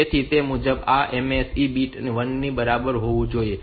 તેથી તે મુજબ આ MSE બીટ 1 ની બરાબર હોવું જોઈએ